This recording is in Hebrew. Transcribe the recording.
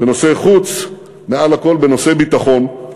בנושאי חוץ, מעל לכול בנושאי ביטחון.